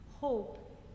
hope